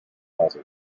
faso